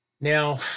Now